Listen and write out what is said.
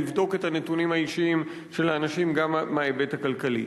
לבדוק את הנתונים האישיים של האנשים גם מההיבט הכלכלי.